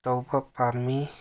ꯇꯧꯕ ꯄꯥꯝꯃꯤ